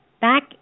back